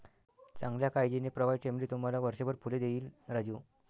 चांगल्या काळजीने, प्रवाळ चमेली तुम्हाला वर्षभर फुले देईल राजू